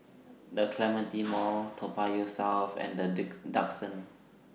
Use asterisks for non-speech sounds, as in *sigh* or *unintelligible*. The Clementi Mall Toa Payoh South and The *unintelligible* Duxton